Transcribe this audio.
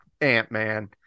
Ant-Man